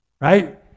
Right